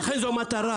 לכן זו מטרה.